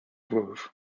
grove